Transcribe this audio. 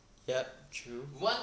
yup true